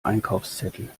einkaufszettel